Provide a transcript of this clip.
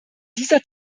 dieser